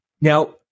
Now